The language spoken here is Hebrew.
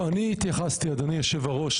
לא, אני התייחסתי, אדוני יושב ראש.